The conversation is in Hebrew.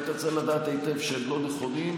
היית צריך לדעת היטב שהם לא נכונים,